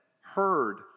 heard